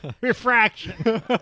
Refraction